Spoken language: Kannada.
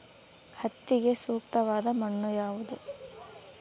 ಹತ್ತಿಗೆ ಸೂಕ್ತವಾದ ಮಣ್ಣು ಯಾವುದು?